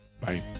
bye